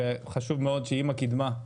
חשוב מאוד שעם הקדמה,